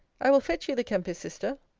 i will fetch you the kempis, sister.